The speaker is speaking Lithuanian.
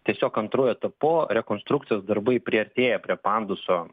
tiesiog antruoju etapu rekonstrukcijos darbai priartėja prie panduso